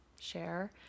share